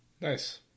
Nice